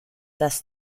dass